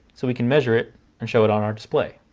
so we can measure it and show it on our display.